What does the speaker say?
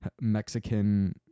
Mexican